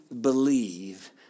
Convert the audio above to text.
believe